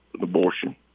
abortion